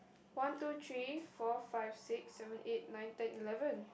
one two three four five six seven eight nine ten eleven